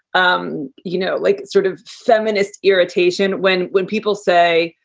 um you know, like sort of feminist irritation when when people say,